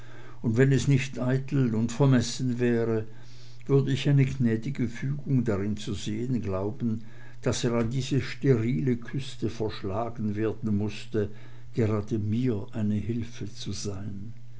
und wenn es nicht eitel und vermessen wäre würd ich eine gnäd'ge fügung darin zu sehn glauben daß er an diese sterile küste verschlagen werden mußte gerade mir eine hilfe zu sein